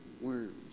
Worms